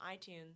iTunes